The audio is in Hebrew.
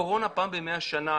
קורונה פעם במאה שנה,